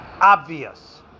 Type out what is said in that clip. obvious